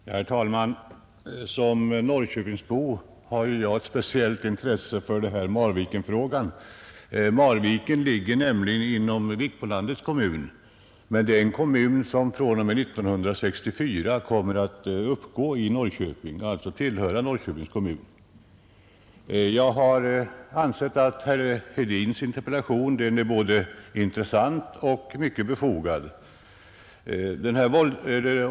Herr talman! Som norrköpingsbo har jag ett speciellt intresse för Marvikenfrågan. Marviken ligger nämligen inom Vikbolandets kommun, som 1974 kommer att uppgå i Norrköpings kommun. Jag har ansett att herr Hedins interpellation är både intressant och mycket befogad.